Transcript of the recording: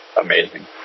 amazing